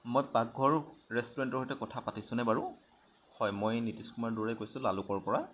মই পাকঘৰ ৰেষ্টুৰেণ্টৰ সৈতে কথা পাতিছোনে বাৰু হয় মই নীতিশ কুমাৰ দুৱৰাই কৈছোঁ লালুকৰ পৰা